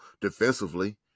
defensively